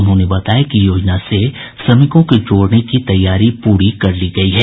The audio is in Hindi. उन्होंने बताया कि योजना से श्रमिकों को जोड़ने की तैयारी पूरी कर ली गयी है